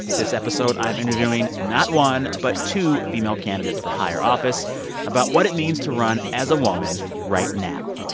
this episode, i'm interviewing not one, but two female candidates for higher office about what it means means to run as a woman right now.